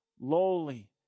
lowly